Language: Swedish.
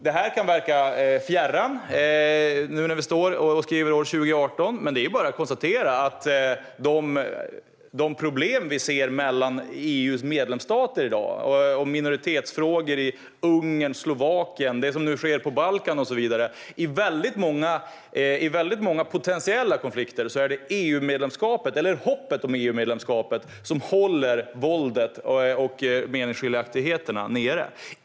Det kan verka fjärran nu när vi skriver 2018. Men det är bara att konstatera att när det gäller de problem och potentiella konflikter som vi ser mellan EU:s medlemsstater i dag - minoritetsfrågor i Ungern och Slovakien, det som nu sker på Balkan och så vidare - är det EU-medlemskapet eller hoppet om ett EU-medlemskap som håller våldet och meningsskiljaktigheterna nere.